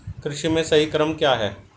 कृषि में सही क्रम क्या है?